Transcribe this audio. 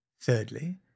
Thirdly